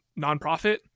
nonprofit